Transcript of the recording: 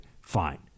fine